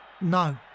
No